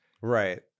right